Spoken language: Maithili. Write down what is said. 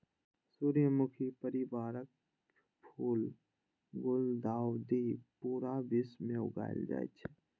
सूर्यमुखी परिवारक फूल गुलदाउदी पूरा विश्व मे उगायल जाए छै